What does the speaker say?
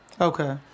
Okay